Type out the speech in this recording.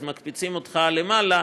אז מקפיצים אותך למעלה,